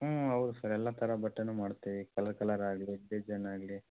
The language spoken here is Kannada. ಹ್ಞೂ ಹೌದು ಸರ್ ಎಲ್ಲ ಥರ ಬಟ್ಟೇನು ಮಾಡ್ತೀವಿ ಕಲರ್ ಕಲರ್ ಆಗಲಿ ಡಿಸೈನ್ ಆಗಲಿ